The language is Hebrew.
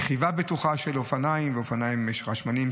רכיבה בטוחה של אופניים ואופניים חשמליים,